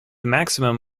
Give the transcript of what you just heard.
maximum